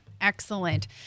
excellent